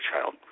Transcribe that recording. child